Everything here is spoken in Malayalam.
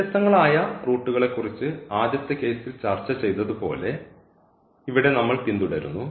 വ്യത്യസ്തങ്ങളായ റൂട്ട്കളെക്കുറിച്ച് ആദ്യത്തെ കേസിൽ ചർച്ച ചെയ്തതുപോലെ പോലെ ഇവിടെ നമ്മൾ പിന്തുടരുന്നു